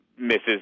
misses